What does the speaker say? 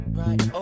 right